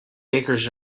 bakers